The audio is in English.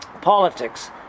politics